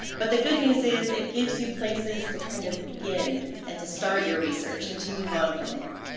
but, the good news is it gives you places to kind of begin and to start your research and to move on from there,